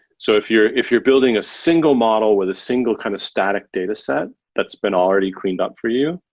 so if you're if you're building a single model with a single kind of static dataset that's been already cleaned up for you,